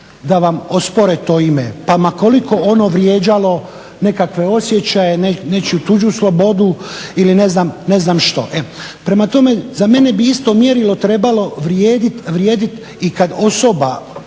da vam ospore to ime, pa ma koliko ono vrijeđalo nekakve osjećaje, nečiju tuđu slobodu ili ne zna što. Prema tome, za mene bi isto mjerilo trebalo vrijedit i kad osoba,